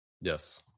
yes